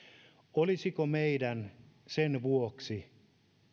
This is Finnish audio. olisiko meidän sen vuoksi